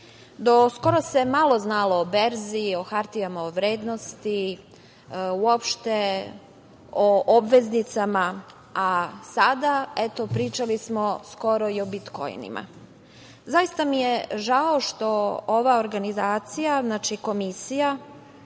skoro se malo znalo o berzi, o hartijama od vrednosti, uopšte o obveznicama, a sada, eto, pričali smo skoro i o bitkoinima. Zaista mi je žao što ova organizacija, znači Komisija,